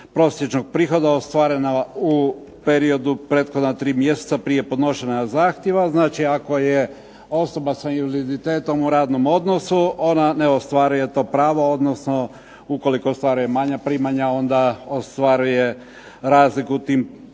prosječnog prihoda ostvarena u periodu prethodna tri mjeseca prije podnošenja zahtjeva. Znači ako je osoba s invaliditetom u radnom odnosu, ona ne ostvaruje to pravo, odnosno ukoliko ostvaruje manja primanja onda ostvaruje razliku u tom.